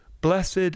blessed